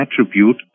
attribute